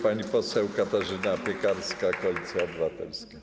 Pani poseł Katarzyna Piekarska, Koalicja Obywatelska.